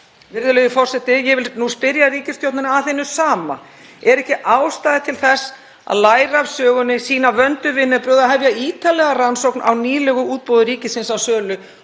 Virðulegur forseti. Ég vil nú spyrja ríkisstjórninni að hinu sama. Er ekki ástæða til þess að læra af sögunni, sýna vönduð vinnubrögð og hefja ítarlega rannsókn á nýlegu útboði ríkisins á sölu